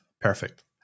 perfect